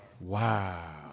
Wow